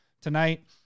tonight